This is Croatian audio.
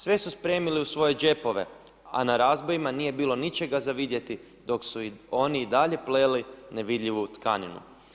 Sve su spremili u svoje džepove, a na razbojima nije bilo ničega za vidjeti, dok su oni i dalje pleli nevidljivu tkaninu.